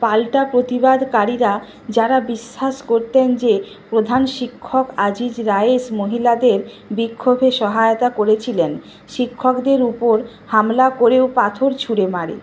পাল্টা প্রতিবাদকারীরা যারা বিশ্বাস করতেন যে প্রধান শিক্ষক আজিজ রায়েশ মহিলাদের বিক্ষোভে সহায়তা করেছিলেন শিক্ষকদের ওপর হামলা করে ও পাথর ছুঁড়ে মারে